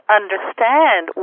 understand